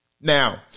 Now